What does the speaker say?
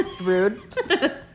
Rude